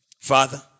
Father